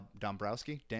Dombrowski